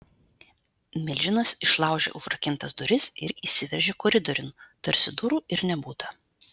milžinas išlaužė užrakintas duris ir įsiveržė koridoriun tarsi durų ir nebūta